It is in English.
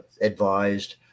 advised